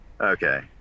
okay